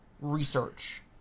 research